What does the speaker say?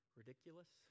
ridiculous